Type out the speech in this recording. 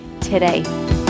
today